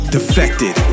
Defected